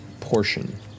portion